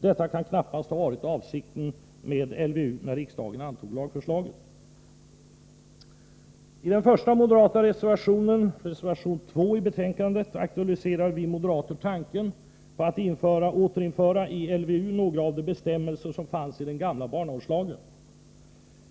Detta kan knappast ha varit avsikten med LVU, när riksdagen antog lagförslaget. I den första moderata reservationen i betänkandet — reservation 2 — aktualiserar vi moderater tanken på att i LVU återinföra några av de bestämmelser som fanns i den gamla barnavårdslagen.